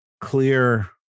clear